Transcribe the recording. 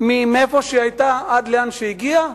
מאיפה שהיתה עד לאן שהיא הגיעה,